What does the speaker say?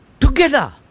together